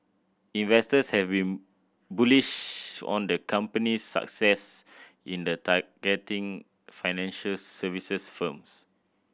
investors having bullish on the company's success in the targeting financial services firms